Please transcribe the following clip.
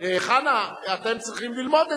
איתן כבל,